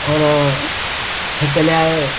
और फिर चले आए